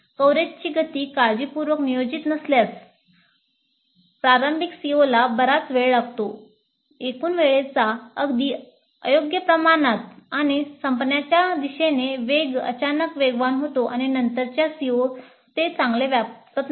कव्हरेजची गती काळजीपूर्वक नियोजित नसल्यास प्रारंभिक COला बराच वेळ लागतो एकूण वेळेचा अगदी अयोग्य प्रमाणात आणि संपण्याच्या दिशेने वेग अचानक वेगवान होतो आणि नंतरच्या CO ते चांगले व्यापले जात नाही